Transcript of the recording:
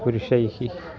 पुरुषैः